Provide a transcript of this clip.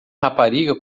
rapariga